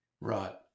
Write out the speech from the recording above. Right